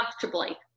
comfortably